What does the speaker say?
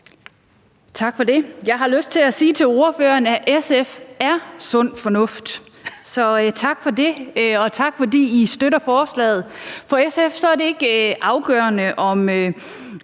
Jeg har lyst til at sige til ordføreren, at SF er sund fornuft. Så tak for det, og tak for, at I støtter forslaget. For SF er det ikke afgørende,